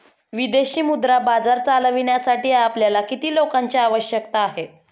विदेशी मुद्रा बाजार चालविण्यासाठी आपल्याला किती लोकांची आवश्यकता आहे?